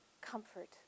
Comfort